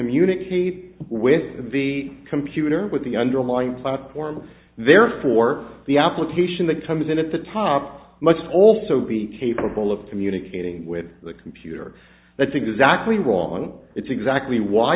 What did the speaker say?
communicate with the computer with the underlying platform therefore the application that comes in at the top much also be capable of communicating with the computer that's exactly wrong it's exactly why